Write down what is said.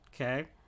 Okay